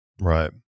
right